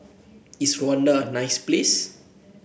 is Rwanda a nice place